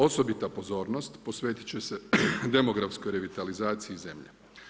Osobita pozornost posvetiti će se demografskoj revitalizaciji zemlje.